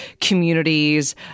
communities